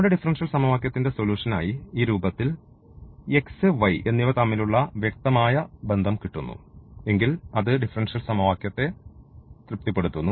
നമ്മുടെ ഡിഫറൻഷ്യൽ സമവാക്യത്തിൻറെ സൊലൂഷൻ ആയി ഈ രൂപത്തിൽ x y എന്നിവ തമ്മിലുള്ള വ്യക്തമായ ബന്ധം കിട്ടുന്നു എങ്കിൽ അത് ഡിഫറൻഷ്യൽ സമവാക്യത്തെ തൃപ്തിപ്പെടുത്തുന്നു